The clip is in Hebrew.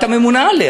את הממונה עליה.